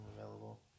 available